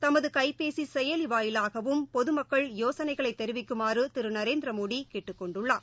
தமது கைபேசி செயலி வாயிலாகவும் பொதமக்கள் யோசனைகளை தெரிவிக்குமாறு திரு நரேந்திர மோடி கேட்டுக்கொண்டுள்ளார்